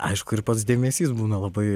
aišku ir pats dėmesys būna labai